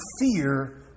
fear